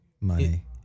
money